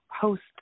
host